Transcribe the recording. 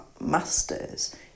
masters